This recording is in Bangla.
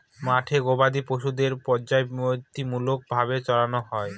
মাঠে গোবাদি পশুদের পর্যায়বৃত্তিমূলক ভাবে চড়ানো হয়